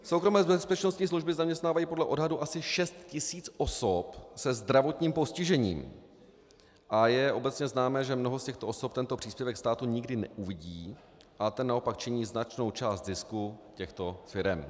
Soukromé bezpečnostní služby zaměstnávají podle odhadů asi 6 tisíc osob se zdravotním postižením a je obecně známé, že mnoho z těchto osob tento příspěvek státu nikdy neuvidí, ale ten naopak činí značnou část zisku těchto firem.